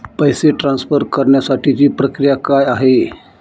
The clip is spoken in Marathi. पैसे ट्रान्सफर करण्यासाठीची प्रक्रिया काय आहे?